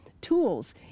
tools